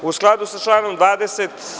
U skladu sa članom 20.